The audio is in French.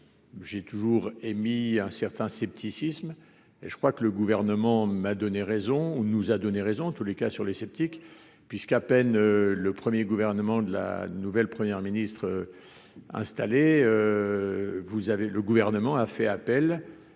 j'ai toujours émis un certain scepticisme et je crois que le gouvernement m'a donné raison, nous a donné raison, en tous les cas sur les sceptiques, puisqu'à peine le 1er, gouvernement de la nouvelle Première ministre, installé, vous avez le gouvernement a fait appel à